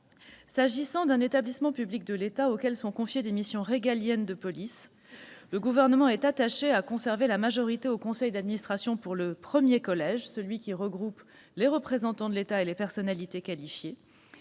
S'agissant d'un établissement public de l'État auquel sont confiées des missions régaliennes de police, le Gouvernement est attaché à conserver la majorité au conseil d'administration dans le premier collège, celui qui regroupe les représentants de l'État et les personnalités qualifiées.